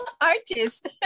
Artist